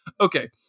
Okay